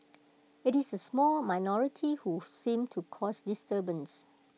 IT is A small minority who seem to cause disturbance